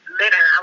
later